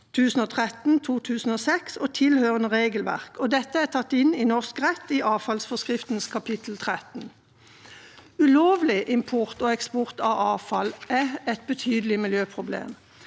1013/2006 og tilhørende regelverk. Dette er tatt inn i norsk rett i avfallsforskriftens kapittel 13. Ulovlig import og eksport av avfall er et betydelig miljøproblem.